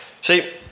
See